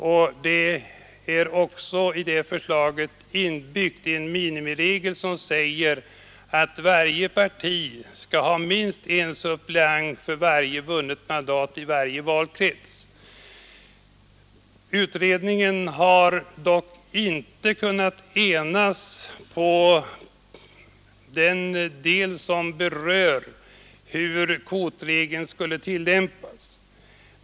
I förslaget är också inbyggd en minimiregel som säger att varje parti som erhållit representation dock skall ha minst en suppleant. Utredningen har inte kunnat enas om den del som berör hur kvotregeln skall tillämpas.